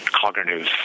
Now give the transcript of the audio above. cognitive